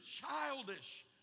childish